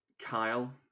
Kyle